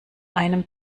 einem